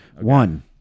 One